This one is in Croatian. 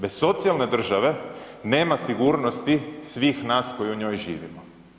Bez socijalne države nema sigurnosti svih nas koji u njoj živimo.